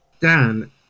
Dan